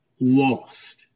lost